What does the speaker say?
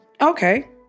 okay